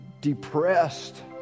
depressed